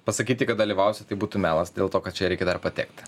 pasakyti kad dalyvausiu tai būtų melas dėl to kad čia reikia dar patekti